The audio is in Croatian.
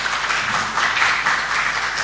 Hvala